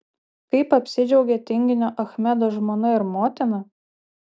kaip apsidžiaugė tinginio achmedo žmona ir motina